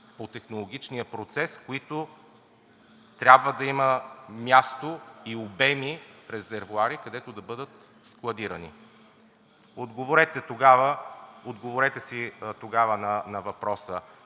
по технологичния процес, за които трябва да има място и обеми – резервоари, където да бъдат складирани. Отговорете си тогава на въпроса